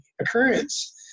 occurrence